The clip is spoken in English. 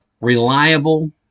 reliable